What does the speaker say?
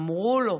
אמרו לו: